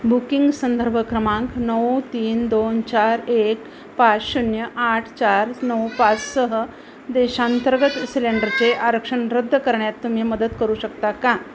booking संदर्भ क्रमांक नऊ तीन दोन चार एक पाच शून्य आठ चार नऊ पाच सह देशांतर्गत सिलेंडरचे आरक्षण रद्द करण्यात तुम्ही मदत करू शकता का